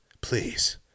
Please